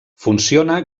funciona